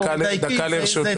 חבר הכנסת יוראי להב הרצנו.